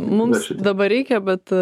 mums dabar reikia bet